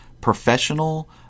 professional